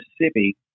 Mississippi